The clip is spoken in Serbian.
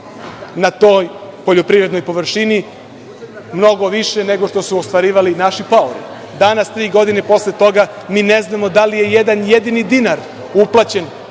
na toj poljoprivrednoj površini mnogo više nego što su ostvarivali naši paori. Danas tri godine posle toga mi ne znamo da li je jedan jedini dinar uplaćen